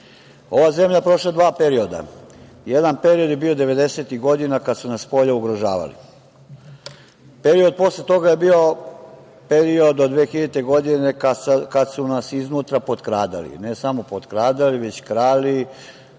zemlja je prošla dva perioda. Jedan period je bio devedesetih godina kada su nas spolja ugrožavali. Period posle toga je bio period od 2000. godine kada su nas iznutra potkradali, ne samo potkradali već krali,